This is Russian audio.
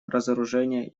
разоружения